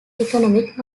economic